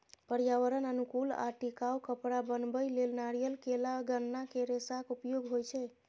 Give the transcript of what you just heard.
पर्यावरण अनुकूल आ टिकाउ कपड़ा बनबै लेल नारियल, केला, गन्ना के रेशाक उपयोग होइ छै